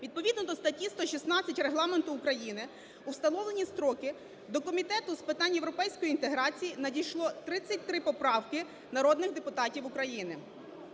Відповідно до статті 116 Регламенту України у встановлені строки до Комітету з питань європейської інтеграції надійшло 33 поправки народних депутатів України.